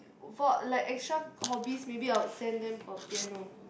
for like extra hobbies maybe I would send them for piano